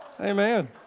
Amen